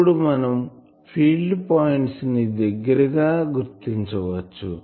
ఇప్పుడు మనం field points ని దగ్గరగా గుర్తించవచ్చు